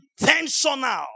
intentional